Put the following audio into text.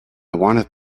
wanted